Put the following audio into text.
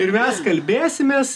ir mes kalbėsimės